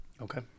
Okay